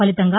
ఫలితంగా